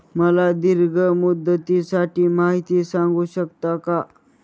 मला दीर्घ मुदतीसाठी माहिती सांगू शकता का?